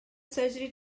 surgery